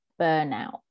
burnout